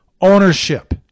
ownership